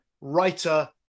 writer